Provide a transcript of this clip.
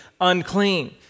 unclean